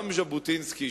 גם ז'בוטינסקי,